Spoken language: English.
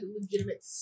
legitimate